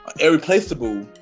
Irreplaceable